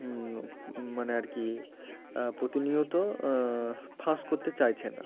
মানে আর কি প্রতিনিয়ত ফাঁস করতে চাইছে না